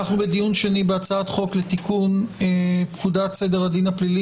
אנחנו בדיון שני בהצעת חוק לתיקון פקודת סדר הדין הפלילי